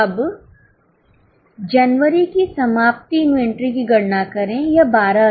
अब जनवरी की समाप्ति इन्वेंटरी की गणना करें यह 12000 है